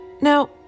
Now